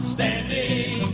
Standing